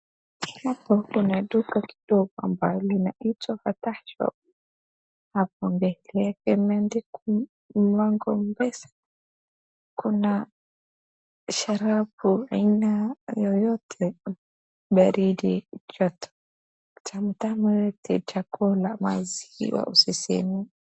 Hapo kuna duka kidogo ambalo linaitwa Fatah Shop . Hapo mbele yake kimeandikwa mlango M-Pesa. Kuna sharabu aina yoyote, baridi yote, vitamutamu yote, chakula, maziwa, usisemu.